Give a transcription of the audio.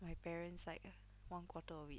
my parents like one quarter of it